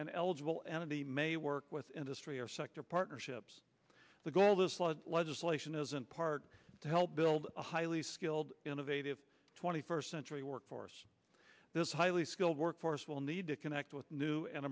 and eligible entity may work with industry or sector partnerships the goal of this law legislation is in part to help build a highly skilled innovative twenty first century workforce this highly skilled workforce will need to connect with new an